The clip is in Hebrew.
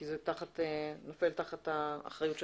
כי זה נופל תחת האחריות שלכם,